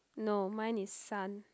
no mine is sun